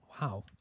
Wow